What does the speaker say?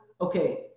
Okay